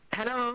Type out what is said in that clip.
Hello